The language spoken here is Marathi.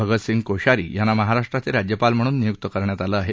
भगतसिंग कोश्यारी यांना महाराष्ट्राचे राज्यपाल म्हणून नियुक्त करण्यात आलं आहे